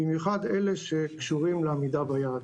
במיוחד אלה שקשורים לעמידה ביעד.